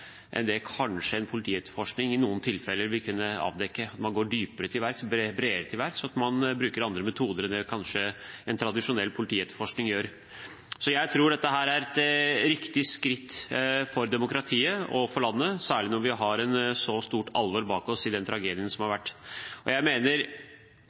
enn det kanskje en politietterforskning i noen tilfeller vil kunne avdekke. Man går dypere og bredere til verks, og man bruker andre metoder enn det kanskje en tradisjonell politietterforskning gjør. Så jeg tror dette er et riktig skritt for demokratiet og for landet, særlig når det er et så stort alvor bak, i den tragedien som har vært. Jeg mener